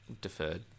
deferred